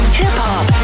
hip-hop